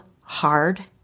hard